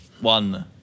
One